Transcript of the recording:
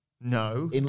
No